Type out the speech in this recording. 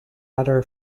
other